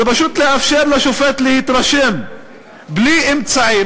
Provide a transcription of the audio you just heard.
זה פשוט לאפשר לשופט להתרשם בלי אמצעי,